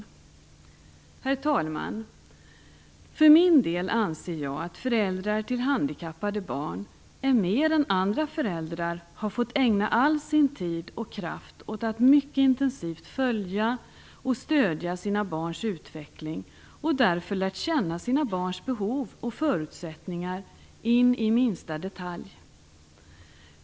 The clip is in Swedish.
Herr talman! Jag för min del anser att föräldrar till handikappade barn mer än andra föräldrar har fått ägna all sin tid och kraft åt att mycket intensivt följa och stödja sina barns utveckling och därför lärt känna sina barns behov och förutsättningar in i minsta detalj.